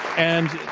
and,